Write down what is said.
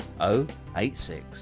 086